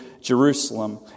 Jerusalem